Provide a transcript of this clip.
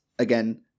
Again